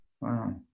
wow